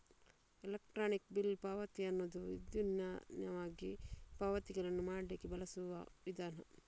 electronic bill ಪಾವತಿ ಅನ್ನುದು ವಿದ್ಯುನ್ಮಾನವಾಗಿ ಪಾವತಿಗಳನ್ನ ಮಾಡ್ಲಿಕ್ಕೆ ಬಳಸುವ ವಿಧಾನ